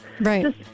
Right